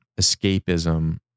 escapism